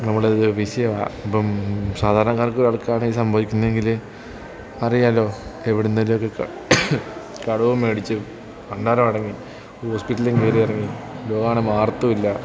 നമ്മളത് വിഷയമാണ് ഇപ്പം സാധാരണക്കാർക്ക് കിടക്കുകയാണെങ്കിൽ സംഭവിക്കുന്നെങ്കിൽ അറിയാമല്ലോ എവിടുന്നേലൊക്കെ കട കടവും മേടിച്ച് പണ്ടാരമടങ്ങി ഹോസ്പിറ്റലിലും കയറി ഇറങ്ങി രോഗമാണെ മാറത്തുമില്ല